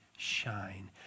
shine